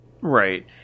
right